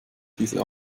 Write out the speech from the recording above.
diese